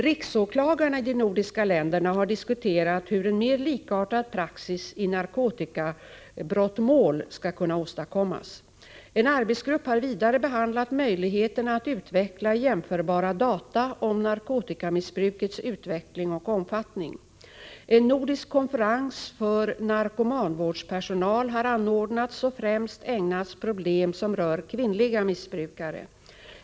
Riksåklagarna i de nordiska länderna har diskuterat hur en mer likartad praxis i narkotikabrottmål skall kunna åstadkommas. En arbetsgrupp har vidare behandlat möjligheterna att utveckla jämförbara data om narkotikamissbrukets utveckling och omfattning. En nordisk konferens för narkomanvårdspersonal har anordnats och främst ägnats problem som rör kvinnliga missbrukare.